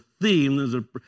theme